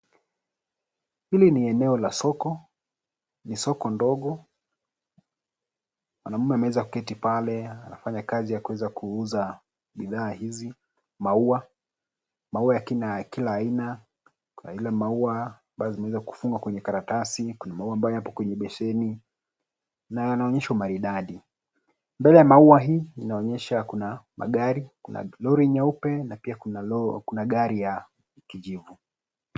Hili ni eneo la soko, ni soko ndogo. Mwanaume ameweza kuketi pale anafanya kazi ya kuweza kuuza bidhaa hizi, maua. Maua ya kila aina na ile maua amabazo zimeweza kufungwa kwenye karatasi, kuna maua ambayo yapo kwenye besheni na yanaonyesha maridadi. Bei ya maua hii inaonyesha kuna magari, kuna lori nyeupe na pia kuna gari ya kijivu.